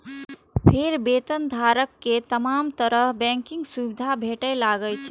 फेर वेतन खाताधारक कें तमाम तरहक बैंकिंग सुविधा भेटय लागै छै